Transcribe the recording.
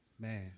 Man